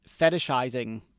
fetishizing